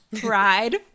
pride